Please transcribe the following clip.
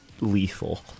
lethal